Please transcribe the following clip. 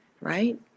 right